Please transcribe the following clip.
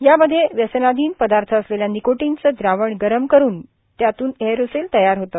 यामध्ये व्यवनाधीन पदार्थ असलेल्या निकोटीनचे द्रावण गरम कस्न त्याचं एरोसोल तयार होते